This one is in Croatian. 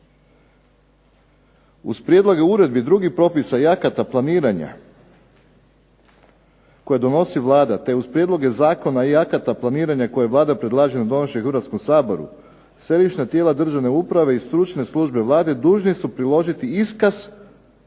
Uz prijedloge uredbi i drugih propisa akata planiranja koje donosi Vlada, te uz prijedloge zakona i akata planiranja kojeg vlada predlaže na donošenje Hrvatskom saboru, sva viša tijela državne uprave i stručne službe Vlade dužni su priložiti iskaz